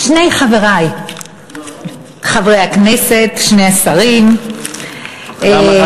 שני חברי חברי הכנסת, שני השרים, למה?